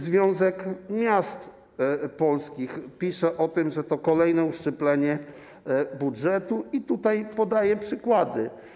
Związek Miast Polskich też pisze o tym, że to kolejne uszczuplenie budżetu, i podaje przykłady.